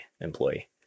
employee